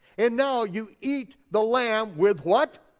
and now you eat the lamb with what?